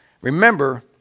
Remember